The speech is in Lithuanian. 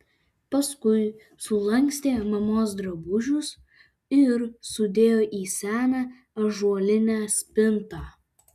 paskui sulankstė mamos drabužius ir sudėjo į seną ąžuolinę spintą